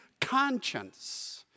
conscience